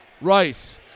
Rice